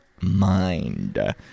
mind